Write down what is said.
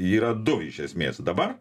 yra du iš esmės dabar